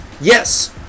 Yes